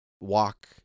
walk